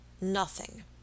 Nothing